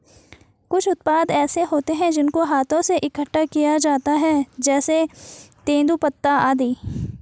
कुछ उत्पाद ऐसे होते हैं जिनको हाथों से इकट्ठा किया जाता है जैसे तेंदूपत्ता आदि